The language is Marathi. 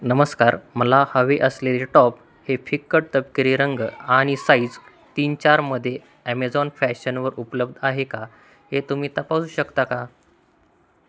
नमस्कार मला हवे असलेले टॉप हे फिकट तपकिरी रंग आणि साइज तीन चारमध्ये ॲमेझॉन फॅशनवर उपलब आहे का हे तुम्ही तपासू शकता का